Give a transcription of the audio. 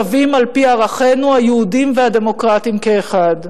שווים על-פי ערכינו היהודיים והדמוקרטיים כאחד.